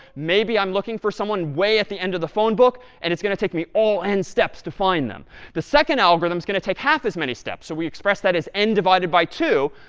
maybe i'm looking for someone way at the end of the phone book and it's going to take me all n steps to find them the second algorithm is going to take half as many steps. so we express that as n divided by two,